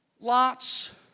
Lot's